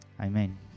Amen